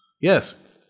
Yes